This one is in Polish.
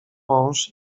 mąż